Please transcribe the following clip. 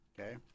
Okay